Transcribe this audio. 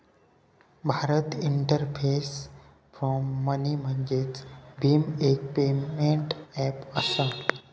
Bharat interface for money म्हणजेच भीम, एक पेमेंट ऐप असा